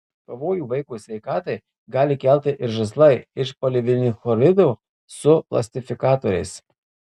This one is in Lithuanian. pavojų vaiko sveikatai gali kelti ir žaislai iš polivinilchlorido su plastifikatoriais